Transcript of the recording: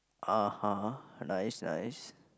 uh-huh nice nice